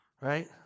right